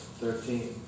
thirteen